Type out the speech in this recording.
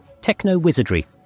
techno-wizardry